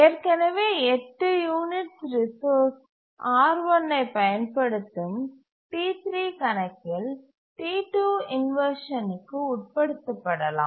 ஏற்கனவே 8 units resource R1 ஐப் பயன்படுத்தும் T3 கணக்கில் T2 இன்வர்ஷன்க்கு உட்படுத்தப்படலாம்